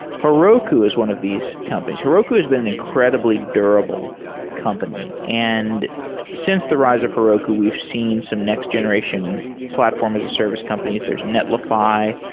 heroku is one of these companies. heroku has been and incredibly incredibly durable company, and since the rise of heroku we've seen some next generation platform as a service companies. there's netlify.